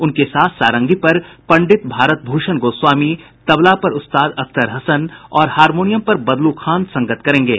उनके साथ सारंगी पर पंडित भारत भूषण गोस्वामी तबला पर उस्ताद अख्तर हसन और हारमोनियम पर बदलू खान संगत करेंगे